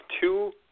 two